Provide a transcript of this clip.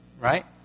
right